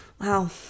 Wow